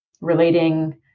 relating